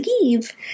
leave